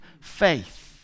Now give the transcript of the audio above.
faith